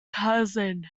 cousin